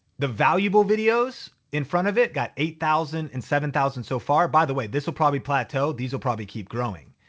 the valuable videos in front of it got eight thousand and seven thousand so far. by the way, this will probably plateau, these will probably keep growing.